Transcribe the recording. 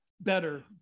better